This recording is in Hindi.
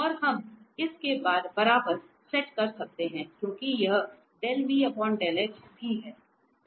और हम इस के बराबर सेट कर सकते हैं क्योंकि यह भी है